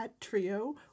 trio